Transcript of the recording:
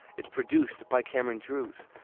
it's produced by cameron drewes.